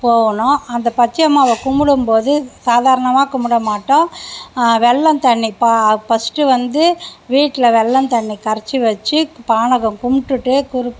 போகணும் அந்த பச்சையம்மாவை கும்பிடும்போது சாதாரணமாக கும்பிடமாட்டோம் வெல்லம் தண்ணி ப பஸ்ட்டு வந்து வீட்டில் வெல்லம் தண்ணி கரைத்து வச்சு பானகம் கும்பிட்டுட்டு குறுக்